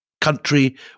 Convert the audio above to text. country